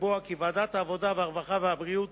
ועדת העבודה, הרווחה והבריאות,